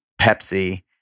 Pepsi